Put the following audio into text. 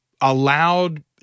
allowed